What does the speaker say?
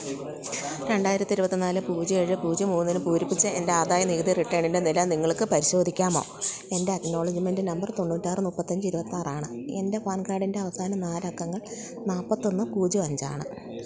രണ്ടായിരത്തി ഇരുപത്തി നാല് പൂജ്യം ഏഴ് പൂജ്യം മൂന്നിന് പൂരിപ്പിച്ച എൻ്റെ ആദായനികിതി റിട്ടേണിൻറ്റെ നില നിങ്ങൾക്ക് പരിശോധിക്കാമോ എൻ്റെ അക്നോളജ്മെൻറ്റ് നമ്പർ തൊണ്ണൂറ്റാറ് മുപ്പത്തഞ്ച് ഇരുപത്താറാണ് എൻ്റെ പാൻ കാർഡിൻ്റെ അവസാന നാലക്കങ്ങൾ നാൽപ്പത്തൊന്നു പൂജ്യം അഞ്ചാണ്